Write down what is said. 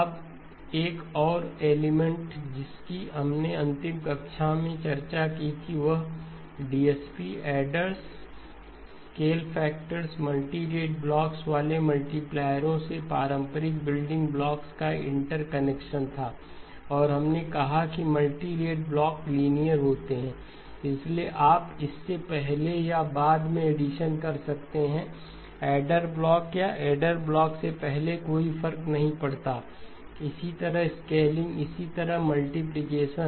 अब एक और एलिमेंट जिसकी हमने अंतिम कक्षा में चर्चा की थी वह DSP adders scale factors multirate block वाले मल्टीप्लायरों से पारंपरिक बिल्डिंग ब्लॉक्स का इंटरकनेक्शन था और हमने कहा कि मल्टीरेट ब्लॉक लीनियर होते हैं इसलिए आप इससे पहले या बाद में ऐडीशन कर सकते हैं ऐडर ब्लॉक या ऐडर ब्लॉक से पहले कोई फर्क नहीं पड़ता इसी तरह स्केलिंग इसी तरह मल्टीप्लिकेशन